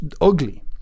ugly